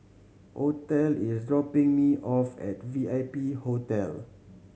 Othel is dropping me off at V I P Hotel